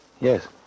Yes